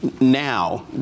now